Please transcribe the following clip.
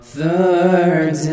Third